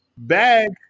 Bag